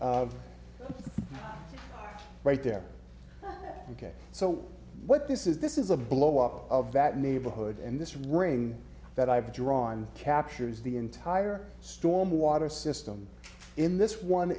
right there ok so what this is this is a blow up of that neighborhood and this ring that i've drawn captures the entire storm water system in this one